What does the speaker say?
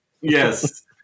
Yes